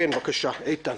כן, בבקשה, איתן.